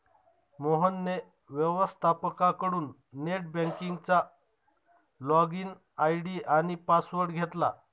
मोहनने व्यवस्थपकाकडून नेट बँकिंगचा लॉगइन आय.डी आणि पासवर्ड घेतला